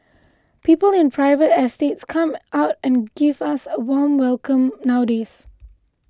people in private estates actually come out and give us a warm welcome nowadays